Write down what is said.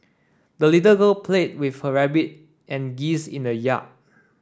the little girl played with her rabbit and geese in the yard